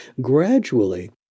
gradually